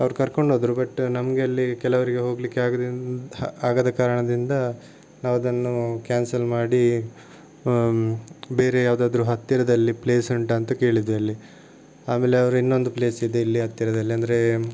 ಅವರು ಕರ್ಕೊಂಡೋದ್ರು ಬಟ್ ನಮಗೆ ಅಲ್ಲಿ ಕೆಲವರಿಗೆ ಹೋಗಲಿಕ್ಕೆ ಆಗದಿಂದ ಆಗದ ಕಾರಣದಿಂದ ನಾವದನ್ನು ಕ್ಯಾನ್ಸಲ್ ಮಾಡಿ ಬೇರೆ ಯಾವುದಾದ್ರೂ ಹತ್ತಿರದಲ್ಲಿ ಪ್ಲೇಸ್ ಉಂಟಾಂತ ಕೇಳಿದ್ವಿ ಅಲ್ಲಿ ಆಮೇಲೆ ಅವರು ಇನ್ನೊಂದು ಪ್ಲೇಸ್ ಇದೆ ಇಲ್ಲಿ ಹತ್ತಿರದಲ್ಲಿ ಅಂದರೆ